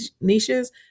niches